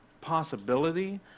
possibility